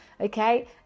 okay